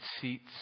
seats